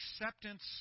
acceptance